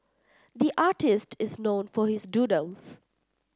the artist is known for his doodles